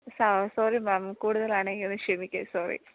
സാ sorry ma'am കൂടുതലാണെങ്കിൽ അത് ക്ഷമിക്ക് സോറി